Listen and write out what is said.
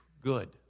good